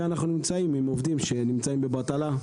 אנו נמצאים עם עובדים שנמצאים בבטלה.